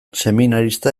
seminarista